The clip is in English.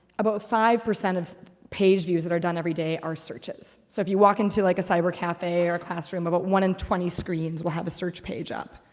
about five percent of page views that are done every day are searches. so if you walk into like a cybercafe or a classroom about one in twenty screens will have a search page up.